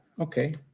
okay